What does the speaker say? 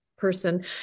person